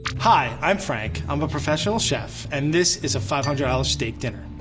hi, i'm frank, i'm a professional chef and this is a five hundred dollar steak dinner.